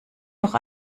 noch